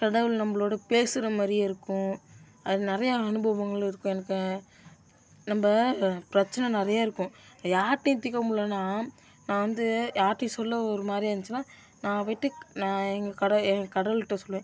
கடவுள் நம்மளோட பேசுகிற மாதிரியே இருக்கும் அது நிறையா அனுபவங்கள் இருக்குது எனக்கு நம்ம பிரச்சனை நிறையா இருக்கும் யார்டயும் தீர்க்கமுல்லன்னா நான் வந்து யார்டயும் சொல்ல ஒரு மாதிரியா இருந்துச்சுன்னா நான் போய்ட்டு நான் எங்கள் கடவுள் என் கடவுள்கிட்ட சொல்லுவேன்